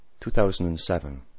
2007